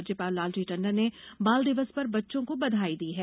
राज्यपाल लालजी टंडन ने बाल दिवस पर बच्चों को बधाई दी है